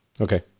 Okay